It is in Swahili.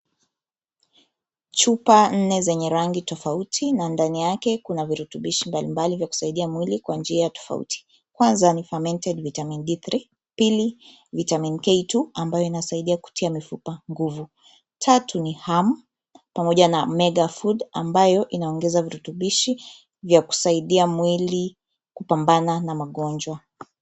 Chupa nne zenye rangi tofauti na ndani yake kuna virutubishi mbalimbali vya kusaidia mwili kwa njia tofauti. Kwanza ni , fermented Vitamin D3 , pili Vitamin K2 ambayo inasaidia kutia mifupa nguvu, tatu ni Hum pamoja na Mega Food ambayo inaongeza virutubishi vya kusaidia mwili kupambana na magonjwa.